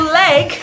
leg